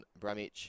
Bramich